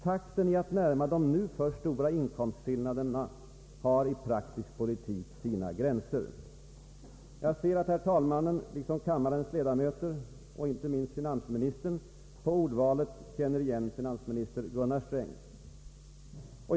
Takten i att närma de nu för stora inkomstskillnaderna har i praktisk politik sina gränser.” Jag ser att herr talmannen liksom kammarens ledamöter, och inte minst finansministern, på ordvalet känner igen finansminister Gunnar Sträng.